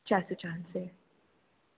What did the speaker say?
ચાલશે ચાલશે